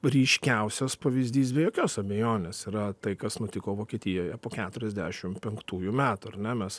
ryškiausias pavyzdys be jokios abejonės yra tai kas nutiko vokietijoje po keturiasdešim penktųjų metų ar ne mes